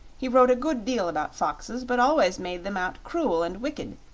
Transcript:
he wrote a good deal about foxes, but always made them out cruel and wicked,